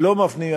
לא מפנימים.